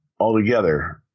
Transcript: altogether